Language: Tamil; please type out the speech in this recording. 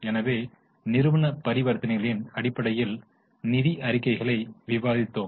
எனவே நிறுவன பரிவர்த்தனைகளின் அடிப்படையில் நிதி அறிக்கைகளை விவாதித்தோம்